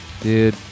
dude